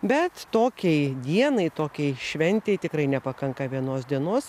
bet tokiai dienai tokiai šventei tikrai nepakanka vienos dienos